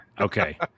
Okay